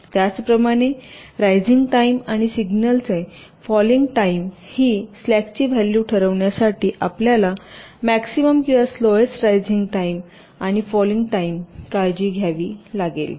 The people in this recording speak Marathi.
त्याचप्रमाणे रायजिंग टाईम आणि सिग्नलची फॉललिंग टाईम ही स्लॅकची व्हॅल्यू ठरवण्यासाठी आपल्याला मॅक्सिमम किंवा स्लोयेस्ट रायजिंग टाईम आणि फॉललिंग टाईम काळजी घ्यावी लागेल